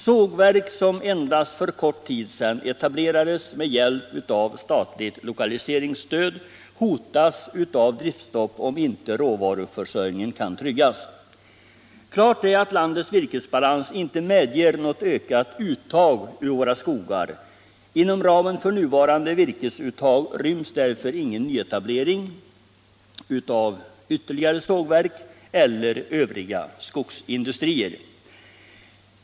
Sågverk som för endast kort tid sedan etablerades med hjälp av statligt lokaliseringsstöd hotas av driftstopp om inte råvaruförsörjningen kan tryggas. Klart är att landets virkesbalans inte medger något ökat uttag ur våra skogar. Inom ramen för nuvarande virkesuttag ryms därför ingen nyetablering av ytterligare sågverk eller övriga skogsindustrier.